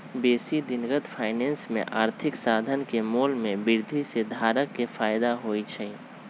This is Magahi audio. बेशी दिनगत फाइनेंस में आर्थिक साधन के मोल में वृद्धि से धारक के फयदा होइ छइ